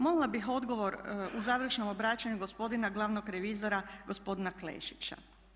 Molila bih odgovor u završnom obraćanju gospodina glavnog revizora gospodina Klešića.